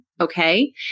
Okay